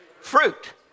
Fruit